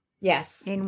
Yes